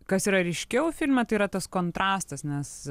kas yra ryškiau filme tai yra tas kontrastas nes